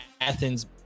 Athens